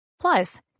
Plus